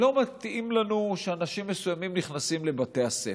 לא מתאים לנו שאנשים מסוימים נכנסים לבתי הספר.